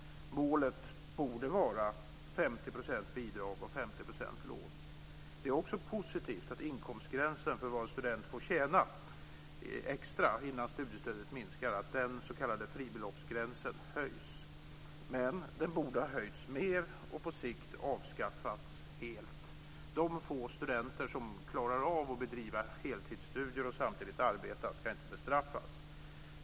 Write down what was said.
Målet borde vara Det är också positivt att inkomstgränsen för vad en student får tjäna extra innan studiestödet minskar - den s.k. fribeloppsgränsen - höjs. Men den borde ha höjts mer och på sikt avskaffats helt. De få studenter som klarar av att bedriva heltidsstudier och samtidigt arbeta ska inte bestraffas.